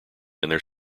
their